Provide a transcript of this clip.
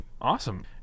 awesome